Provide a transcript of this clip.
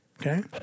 Okay